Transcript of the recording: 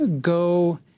go